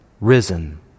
risen